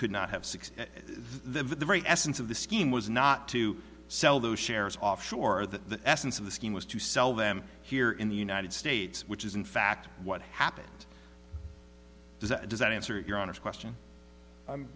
could not have six the very essence of the scheme was not to sell those shares offshore that the essence of the scheme was to sell them here in the united states which is in fact what happened does that does that answer your honest question i'm